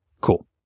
Cool